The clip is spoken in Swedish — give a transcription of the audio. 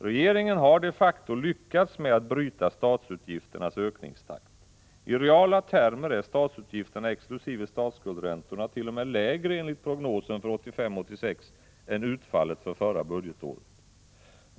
Regeringen har de facto lyckats bryta statsutgifternas ökningstakt. I reala termer är statsutgifterna exkl. statsskuldsräntorna t.o.m. lägre enligt prognosen för 1985/86 än utfallet för förra budgetåret.